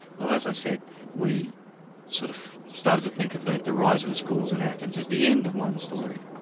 well as i said, we sort of started to think of the the rise of the schools in athens as the end of one story,